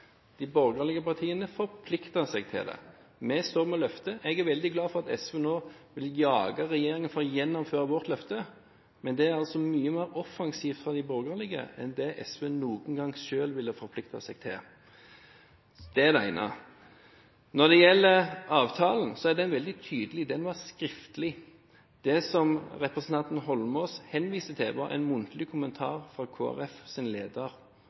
De borgerlige partiene forpliktet seg til det. Vi står ved løftet. Jeg er veldig glad for at SV nå vil jage regjeringen for at den skal gjennomføre sitt løfte, men det er altså mye mer offensivt enn det SV selv noen gang ville forplikte seg til. Det er det ene – når det gjelder avtalen, er den veldig tydelig. Den var skriftlig. Det som representanten Eidsvoll Holmås henviser til, var en muntlig kommentar fra Kristelig Folkepartis leder.